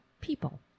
people